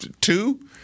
two